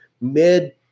mid